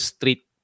Street